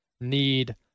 need